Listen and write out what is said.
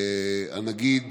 הנגיד